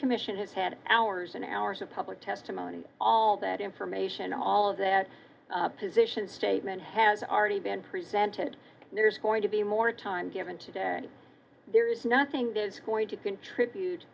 commission has had hours and hours of public testimony all that information all of that position statement has already been presented there is going to be more time given today there is nothing that is going to contribute